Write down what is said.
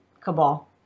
cabal